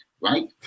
right